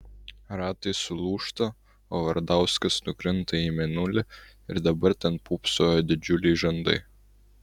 ratai sulūžta o vardauskas nukrinta į mėnulį ir dabar ten pūpso jo didžiuliai žandai